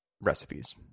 recipes